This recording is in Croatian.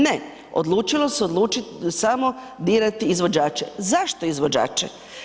Ne, odlučilo je odlučit samo dirati izvođače, zašto izvođače?